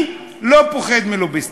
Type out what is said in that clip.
אני לא פוחד מלוביסטים.